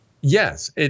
Yes